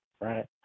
right